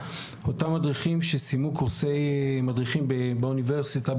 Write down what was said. אותם מדריכים שסיימו קורסי מדריכים באוניברסיטה,